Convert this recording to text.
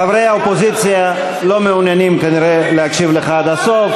חברי האופוזיציה לא מעוניינים כנראה להקשיב לך עד הסוף.